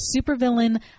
supervillain